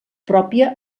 pròpia